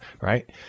Right